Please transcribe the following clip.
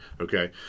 okay